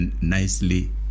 nicely